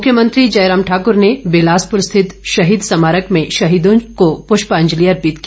मुख्यमंत्री जयराम ठाकुर ने बिलासपुर स्थित शहीद स्मारक में शहीदों को पुष्पांजलि अर्पित की